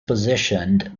positioned